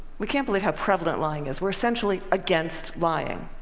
we can't believe how prevalent lying is. we're essentially against lying.